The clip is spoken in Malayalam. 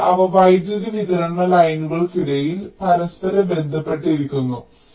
അതിനാൽ അവ വൈദ്യുതി വിതരണ ലൈനുകൾക്കിടയിൽ പരസ്പരം ബന്ധപ്പെട്ടിരിക്കുന്നു